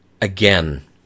again